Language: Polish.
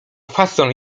fason